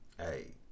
hey